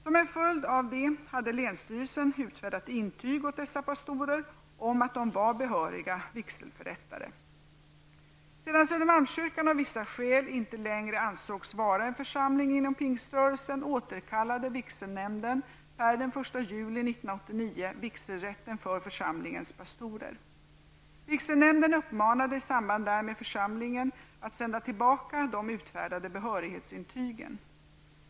Som en följd av det hade länsstyrelsen utfärdat intyg åt dessa pastorer om att de var behöriga vigselförrättare. Sedan Södermalmskyrkan av vissa skäl inte längre ansågs vara en församling inom pingströrelsen, återkallade vigselnämnden, per den 1 juli 1989, vigselrätten för församlingens pastorer. Vigselnämnden uppmanade i samband därmed församlingen att sända tillbaka de utfärdade behörighetsintygen.